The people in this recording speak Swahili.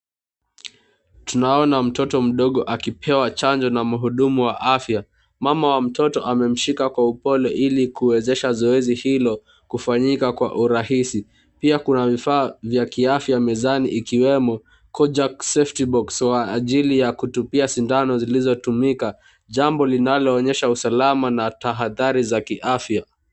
Tunaona mtoto mdogo akipewa chanjo na muhudumu wa afya. Mama wa mtoto amemshika kwa upole ili kuwezesha zoezi hilo kufanyika kwa urahisi pia kuna vifaa ya kiafya mezani ikiwemo Kojax Safety Box kwa ajili ya kutumia sindano zilizotumika. Jambo linaloonyesha usalama na thahadhari za kiafya